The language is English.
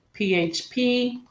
PHP